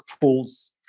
pools